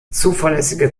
zuverlässige